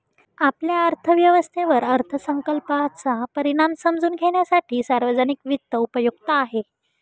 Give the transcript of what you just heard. आपल्या अर्थव्यवस्थेवर अर्थसंकल्पाचा परिणाम समजून घेण्यासाठी सार्वजनिक वित्त उपयुक्त आहे